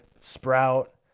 Sprout